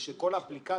שכל אפליקציות,